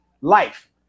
life